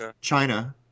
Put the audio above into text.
China